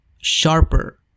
sharper